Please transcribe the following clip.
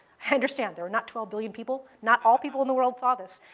understand, there were not twelve billion people. not all people in the world saw this.